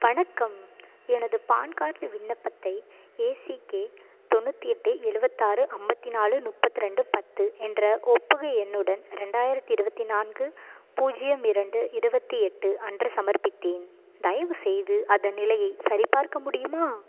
வணக்கம் எனது PAN card விண்ணப்பத்தை ஏ சி கே தொண்ணூற்றி எட்டு எழுவத்து ஆறு ஐம்பத்தி நாலு முப்பது ரெண்டு பத்து என்ற ஒப்புகை எண்ணுடன் ரெண்டாயிரத்தி இருபத்தி நான்கு பூஜ்ஜியம் இரண்டு இருபத்தி எட்டு அன்று சமர்ப்பித்தேன் தயவுசெய்து அதன் நிலையைச் சரிபார்க்க முடியுமா